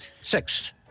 six